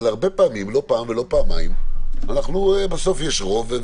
אבל הרבה פעמים, לא פעם, לא פעמיים, בסוף יש רוב.